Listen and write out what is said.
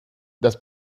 das